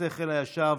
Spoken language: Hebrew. השכל הישר,